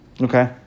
Okay